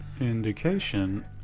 indication